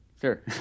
Sure